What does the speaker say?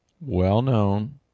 well-known